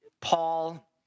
Paul